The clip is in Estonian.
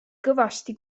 kõvasti